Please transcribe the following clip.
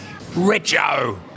Richo